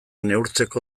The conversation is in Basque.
neurtzeko